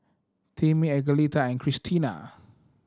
Timmy Angelita and Kristina